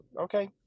okay